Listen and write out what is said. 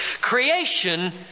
Creation